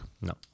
No